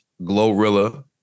Glorilla